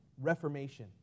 reformation